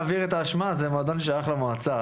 לאיפה הכסף הולך היא גם אמירה שנובעת מקיפוח,